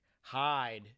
hide